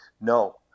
no